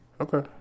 okay